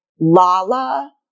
Lala